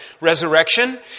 resurrection